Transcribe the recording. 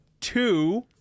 two